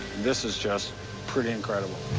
this is just pretty incredible.